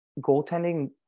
goaltending